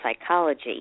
psychology